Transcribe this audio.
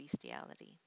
bestiality